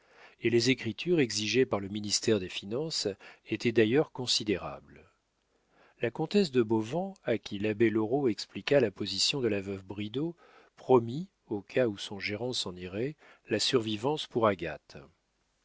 et les écritures exigées par le ministère des finances étaient d'ailleurs considérables la comtesse de bauvan à qui l'abbé loraux expliqua la position de la veuve bridau promit au cas où son gérant s'en irait la survivance pour agathe